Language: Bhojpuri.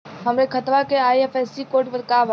हमरे खतवा के आई.एफ.एस.सी कोड का बा?